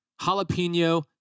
jalapeno